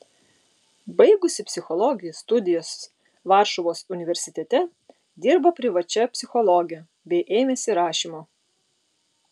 baigusi psichologijos studijas varšuvos universitete dirbo privačia psichologe bei ėmėsi rašymo